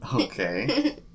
Okay